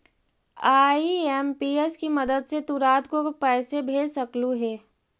IMPS की मदद से तु रात को पैसे भेज सकलू हे